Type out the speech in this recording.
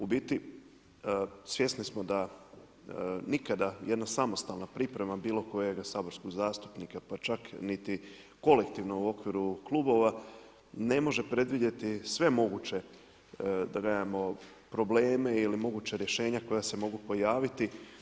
U biti svjesni smo da nikada jedna samostalna priprema bilo kojeg saborskog zastupnika, pa čak niti kolektivno u okviru klubova ne može predvidjeti sve moguće probleme ili moguća rješenja koja se mogu pojaviti.